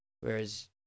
Whereas